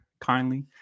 kindly